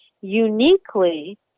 uniquely